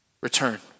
return